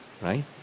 Right